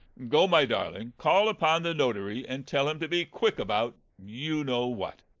go, my darling call upon the notary, and tell him to be quick about you know what.